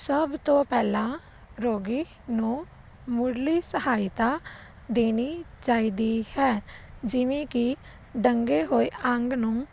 ਸਭ ਤੋਂ ਪਹਿਲਾਂ ਰੋਗੀ ਨੂੰ ਮੁੱਢਲੀ ਸਹਾਇਤਾ ਦੇਣੀ ਚਾਹੀਦੀ ਹੈ ਜਿਵੇਂ ਕਿ ਡੰਗੇ ਹੋਏ ਅੰਗ ਨੂੰ